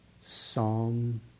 Psalm